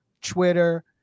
Twitter